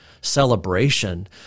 celebration